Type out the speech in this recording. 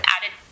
added